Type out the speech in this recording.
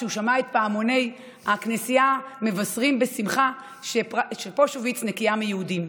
כשהוא שמע את פעמוני הכנסייה מבשרים בשמחה שפושוביץ נקייה מיהודים.